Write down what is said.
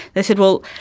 they said, well,